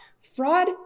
fraud